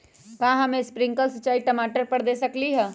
का हम स्प्रिंकल सिंचाई टमाटर पर दे सकली ह?